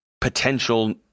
potential